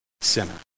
sinner